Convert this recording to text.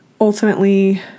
ultimately